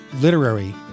literary